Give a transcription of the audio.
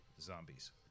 zombies